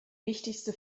wichtigste